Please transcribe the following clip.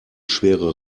schwere